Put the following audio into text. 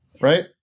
right